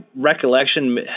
recollection